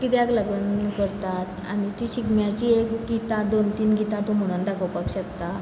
किद्याक लागोन करतात आनी ती शिगम्याची एक गितां दोन तीन गितां तूं म्हुणोन दाखोवपाक शकता